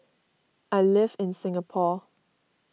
I live in Singapore